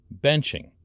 benching